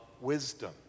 wisdom